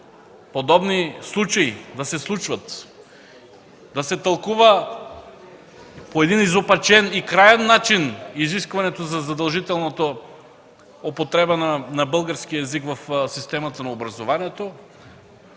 подобни неща да се случват, да се тълкува по един изопачен и краен начин изискването за задължителната употреба на българския език в системата на образованието